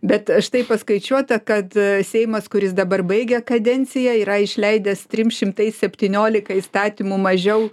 bet štai paskaičiuota kad seimas kuris dabar baigia kadenciją yra išleidęs tim šimtais septyniolika įstatymų mažiau